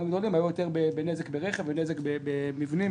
היו יותר בנזק ברכב ובנזק במבנים,